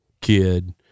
kid